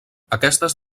aquestes